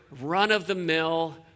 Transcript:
run-of-the-mill